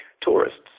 tourists